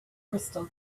crystal